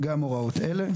גם הוראות אלה: